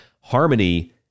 harmony